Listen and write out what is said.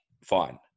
fine